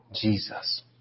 Jesus